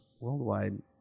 worldwide